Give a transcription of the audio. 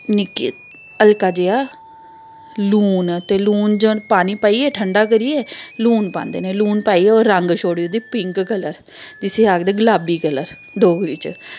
निक्की हल्का जेहा लून ते लून च पानी पाइयै ठंडा करियै लून पांदे न लून पाइयै ओह् रंग छोड़ी ओड़दी पिंक कलर ते जिस्सी आखदे गलाबी कलर डोगरी च